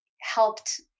helped